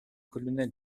colonel